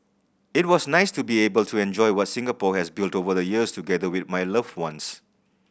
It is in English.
it was nice to be able to enjoy what Singapore has built over the years together with my loved ones